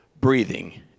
breathing